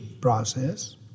process